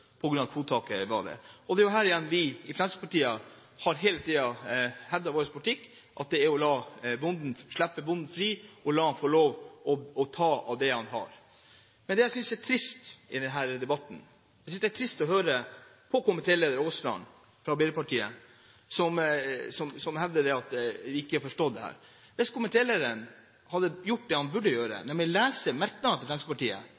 vi i Fremskrittspartiet hele tiden har hevdet i vår politikk – slipp bonden fri og la ham få lov til å ta av det han har. Men jeg synes det er trist i denne debatten å høre på komitéleder Aasland fra Arbeiderpartiet, som hevder at vi ikke har forstått dette. Hvis komitélederen hadde gjort det han burde